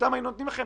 היינו נותנים לכם